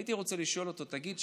הייתי רוצה לשאול אותו: תגיד,